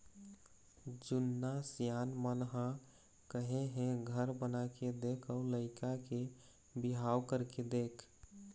जुन्ना सियान मन ह कहे हे घर बनाके देख अउ लइका के बिहाव करके देख